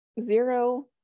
zero